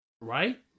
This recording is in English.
Right